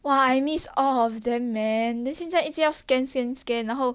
!wah! I miss all of them man then 现在一直要 scan scan scan 然后